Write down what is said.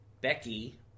Becky